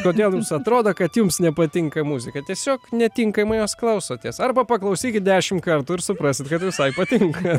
kodėl jums atrodo kad jums nepatinka muzika tiesiog netinkamai jos klausotės arba paklausykit dešim kartų ir suprasit kad visai patinka